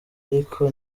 ariko